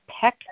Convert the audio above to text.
peck